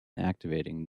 activating